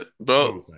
bro